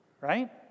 right